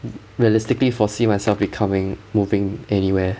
realistically foresee myself becoming moving anywhere